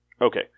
Okay